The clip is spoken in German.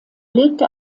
legte